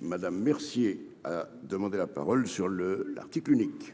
Madame Mercier a demandé la parole sur le l'article unique.